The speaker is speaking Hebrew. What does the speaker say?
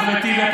אחמד טיבי,